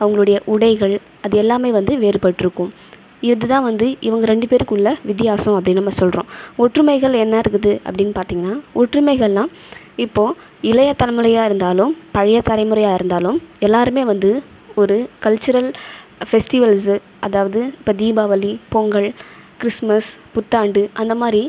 அவங்களுடைய உடைகள் அது எல்லாமே வந்து வேறுபட்டுருக்கும் இதுதான் வந்து இவங்க ரெண்டுபேருக்கும் உள்ள வித்தியாசம் அப்படினு நம்ம சொல்கிறோம் ஒற்றுமைகள் என்ன இருக்குது அப்படினு பார்த்தீங்கனா ஒற்றுமைகள்னா இப்போது இளைய தலைமுறையாக இருந்தாலும் பழைய தலைமுறையாக இருந்தாலும் எல்லோருமே வந்து ஒரு கல்சுரல் ஃபெஸ்டிவல்ஸு அதாவது இப்போ தீபாவளி பொங்கல் கிறிஸ்மஸ் புத்தாண்டு அந்த மாதிரி